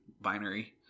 binary